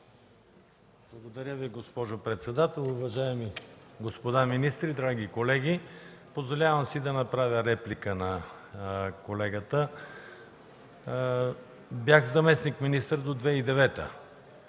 Благодаря Ви, госпожо председател. Уважаеми господа министри, драги колеги! Позволявам си да направя реплика на колегата. Бях заместник-министър в 2009 г.